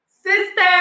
Sister